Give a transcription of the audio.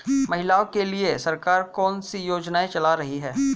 महिलाओं के लिए सरकार कौन सी योजनाएं चला रही है?